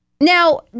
now